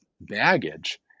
baggage